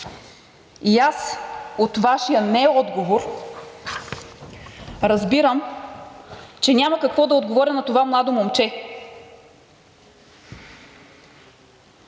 и аз от Вашия не-отговор разбирам, че няма какво да отговоря на това младо момче.